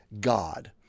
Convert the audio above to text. God